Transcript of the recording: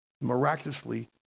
miraculously